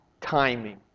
timing